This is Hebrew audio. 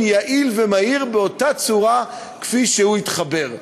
יעיל ומהיר באותה צורה כפי שהוא התחבר.